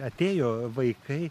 atėjo vaikai